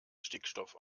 stickstoff